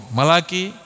Malaki